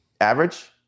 average